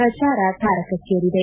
ಪ್ರಚಾರ ತಾರಕಕ್ತೇರಿದೆ